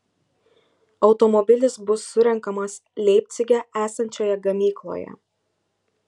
automobilis bus surenkamas leipcige esančioje gamykloje